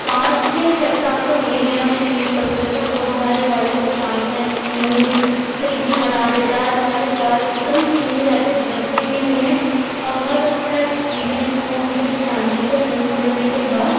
پانچ یا چھ سال تو ہو ہی گیا اسے یوز کرتے کرتے وہ ہمارے بال کو شائن اینڈ اسموتھ سلکی بنا دیتا ہے اور ہمارے بال ایک دم صحیح رہتے جھڑتے بھی نہیں ہیں اور بہت اچھا ایکسپرئنس ہوا مجھے شیمپو کو یوز کرنے کے بعد